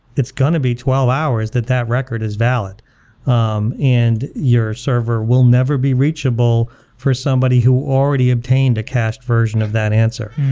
it's going to be twelve hours that that record is valid um and your server will never be reachable for somebody who already obtained a cached version of that answer.